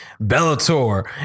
Bellator